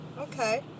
Okay